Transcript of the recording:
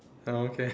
oh okay